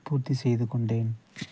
பூர்த்தி செய்துக் கொண்டேன்